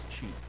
cheap